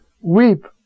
Weep